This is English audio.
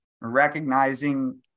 recognizing